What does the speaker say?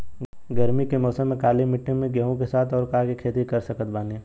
गरमी के मौसम में काली माटी में गेहूँ के साथ और का के खेती कर सकत बानी?